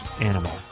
animal